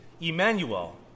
Emmanuel